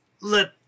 let